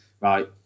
right